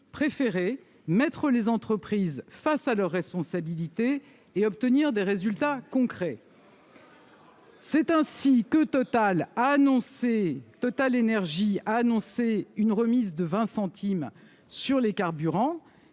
préféré mettre les entreprises face à leurs responsabilités et obtenir des résultats concrets. C'est ainsi que TotalEnergies a annoncé une remise de 20 centimes d'euros sur les carburants